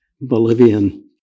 Bolivian